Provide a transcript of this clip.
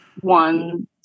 one